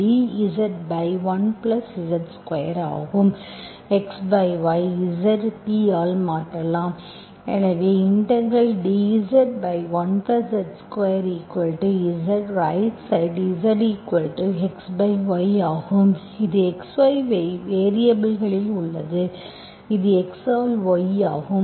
xy Z t ஆல் மாற்றலாம் எனவே dZ1Z2Z ரைட் சைடு Zxy ஆகும் இது xy வேரியபல்களில் உள்ளது இது x ஆல் y ஆகும்